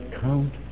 count